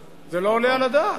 זה לא עולה על הדעת.